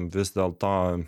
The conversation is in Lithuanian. vis dėlto